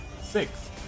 Six